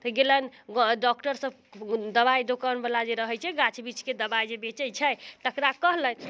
तऽ गेलनि गऽ डॉक्टरसब दवाइ दुकानवला जे रहै छै गाछ बिरिछके दवाइ जे बेचै छै तकरा कहलनि